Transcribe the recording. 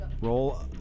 Roll